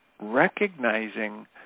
recognizing